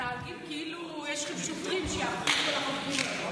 מתנהגים כאילו יש לכם שוטרים שיאכפו את כל החוקים האלה.